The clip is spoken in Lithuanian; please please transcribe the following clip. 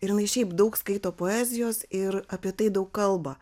ir jinai šiaip daug skaito poezijos ir apie tai daug kalba